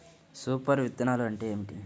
Super విత్తనాలు అంటే ఏమిటి?